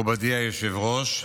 מכובדי היושב-ראש,